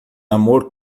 amor